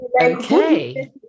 Okay